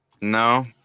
No